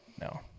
no